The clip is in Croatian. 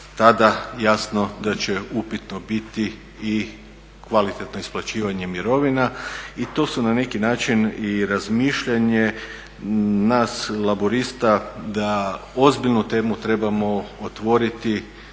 tada jasno da će upitno biti i kvalitetno isplaćivanje mirovina i to su na neki način i razmišljanje nas Laburista da ozbiljnu temu trebamo otvoriti